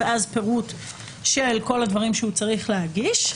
ואז פירוט של כל הדברים שהוא צריך להגיש.